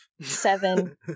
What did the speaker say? Seven